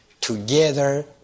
together